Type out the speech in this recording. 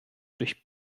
durch